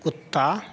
कुत्ता